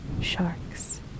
sharks